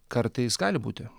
kartais gali būti